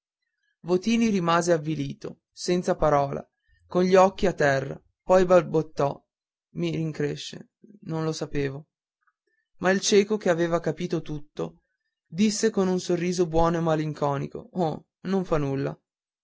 votini rimase avvilito senza parola con gli occhi a terra poi balbettò i rincresce non lo sapevo ma il cieco che aveva capito tutto disse con un sorriso buono e malinconico oh non fa nulla